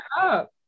up